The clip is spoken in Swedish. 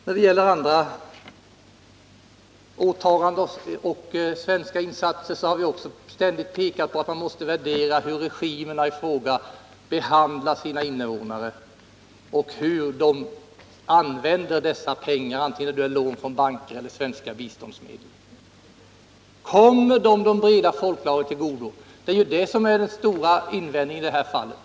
När det gäller andra svenska åtaganden och insatser har vi också ständigt pekat på att man måste värdera hur regimerna i fråga behandlar sina invånare och hur de använder pengarna, antingen det är lån från banker eller svenska biståndsmedel. Kommer pengarna de breda folklagren till godo? Det är ju på den punkten vi har de tyngsta invändningarna i det här fallet.